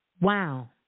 wow